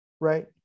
right